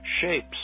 shapes